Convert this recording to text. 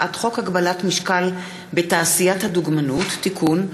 הצעת חוק זכויות נפגעי עבירה (תיקון,